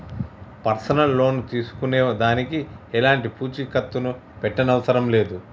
personal loan తీసుకునే దానికి ఎలాంటి పూచీకత్తుని పెట్టనవసరం లేదు